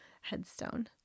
headstone